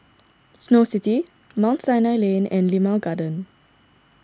Snow City Mount Sinai Lane and Limau Garden